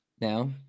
now